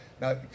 Now